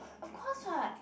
of course what